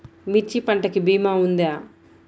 మిర్చి పంటకి భీమా ఉందా?